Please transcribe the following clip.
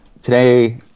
Today